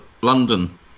London